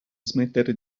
smettere